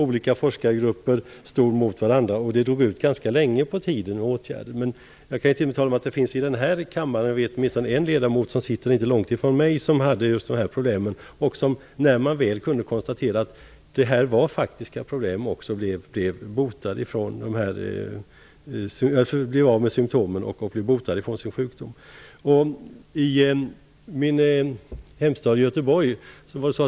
Olika forskargrupper stod mot varandra, och det drog ut ganska länge på tiden innan åtgärder började vidtagas. Jag vet att det i denna kammare finns åtminstone en ledamot, som inte sitter så långt ifrån mig, som hade sådana här problem. När det väl gick att konstatera att det var fråga om faktiska problem, blev ledamoten botad från sin sjukdom och därmed av med symtomen. Jag kan ta ett exempel från min hemstad Göteborg.